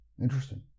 Interesting